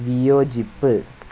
വിയോജിപ്പ്